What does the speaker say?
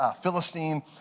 Philistine